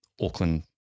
Auckland